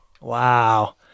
Wow